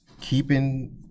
Keeping